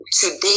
Today